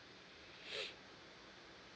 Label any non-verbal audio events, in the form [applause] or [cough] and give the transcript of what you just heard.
[breath]